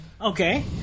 Okay